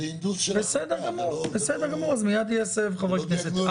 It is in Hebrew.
בסדר גמור, אז מייד יהיה סבב חברי כנסת.